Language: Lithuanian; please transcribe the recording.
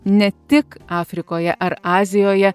ne tik afrikoje ar azijoje